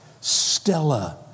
Stella